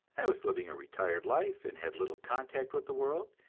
i was living a retired life, and had little contact with the world,